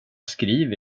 skriver